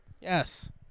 Yes